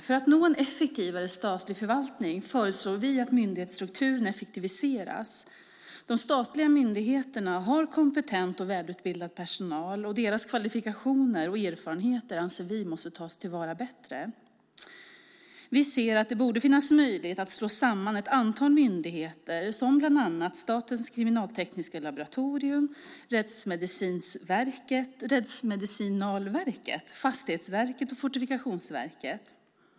För att nå en effektivare statlig förvaltning föreslår vi att myndighetsstrukturen effektiviseras. De statliga myndigheterna har kompetent och välutbildad personal. Deras kvalifikationer och erfarenheter anser vi måste tas till vara bättre. Vi anser att det borde finnas möjlighet att slå samman ett antal myndigheter, bland annat Statens kriminaltekniska laboratorium och Rättsmedicinalverket samt Fastighetsverket och Fortifikationsverket.